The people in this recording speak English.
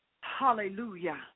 Hallelujah